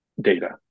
data